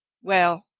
well,